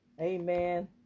Amen